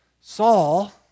Saul